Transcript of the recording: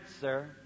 sir